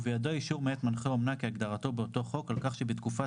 ובידו אישור מאת מנחה אומנה כהגדרתו באותו חוק על כך שבתקופת